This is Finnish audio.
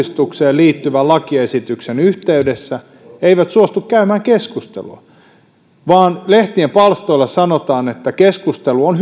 uudistukseen liittyvän lakiesityksen yhteydessä eivät suostu käymään keskustelua vaan lehtien palstoilla sanotaan että keskustelu on